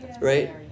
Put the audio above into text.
Right